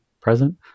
present